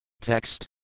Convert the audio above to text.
Text